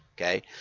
okay